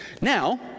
Now